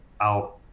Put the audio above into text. out